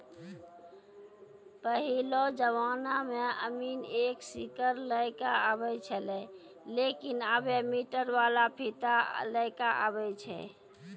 पहेलो जमाना मॅ अमीन एक सीकड़ लै क आबै छेलै लेकिन आबॅ मीटर वाला फीता लै कॅ आबै छै